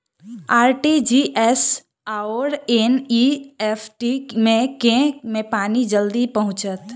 RTGS आओर NEFT मे केँ मे पानि जल्दी पहुँचत